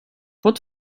pot